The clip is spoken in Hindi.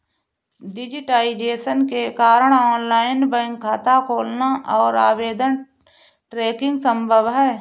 डिज़िटाइज़ेशन के कारण ऑनलाइन बैंक खाता खोलना और आवेदन ट्रैकिंग संभव हैं